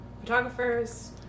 photographers